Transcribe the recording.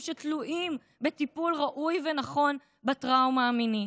שתלויים בטיפול ראוי ונכון בטראומה המינית.